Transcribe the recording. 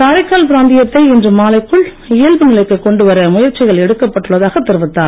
காரைக்கால் பிராந்தியத்தை இன்று மாலைக்குள் இயல்பு நிலைக்குக் கொண்டுவர முயற்சிகள் எடுக்கப்பட்டுள்ளதாகத் தெரிவித்தார்